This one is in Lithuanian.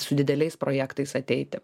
su dideliais projektais ateiti